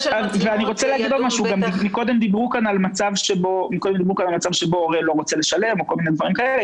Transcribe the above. קודם דיברו כאן על מצב שבו הורה לא רוצה לשלם או כל מיני דברים כאלה.